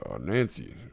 Nancy